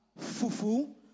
Fufu